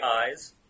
eyes